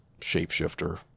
shapeshifter